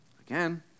Again